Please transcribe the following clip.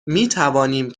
میتوانیم